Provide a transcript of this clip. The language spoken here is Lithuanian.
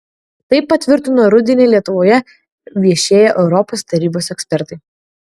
tai patvirtino rudenį lietuvoje viešėję europos tarybos ekspertai